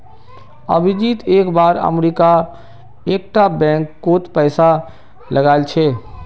अभिजीत एक बार अमरीका एक टा बैंक कोत पैसा लगाइल छे